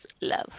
love